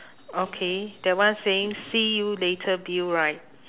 okay that one saying see you later bill right